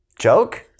Joke